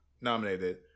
nominated